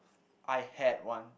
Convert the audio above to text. I had one